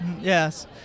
Yes